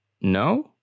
No